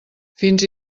fins